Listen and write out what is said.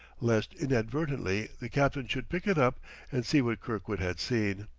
lest inadvertently the captain should pick it up and see what kirkwood had seen.